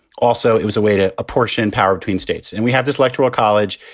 also, it was a way to apportion power between states and we have this electoral college.